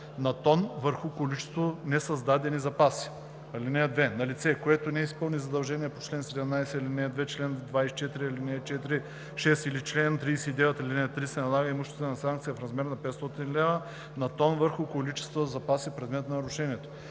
на тон върху количествата несъздадени запаси. (2) На лице, което не изпълни задължение по чл. 17, ал. 2, чл. 24, ал. 4 – 6 или чл. 39, ал. 3, се налага имуществена санкция в размер на 500 лв. на тон върху количествата запаси, предмет на нарушението.“